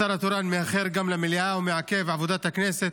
השר התורן מאחר למליאה ומעכב את עבודת הכנסת.